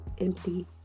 empty